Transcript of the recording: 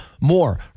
more